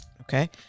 okay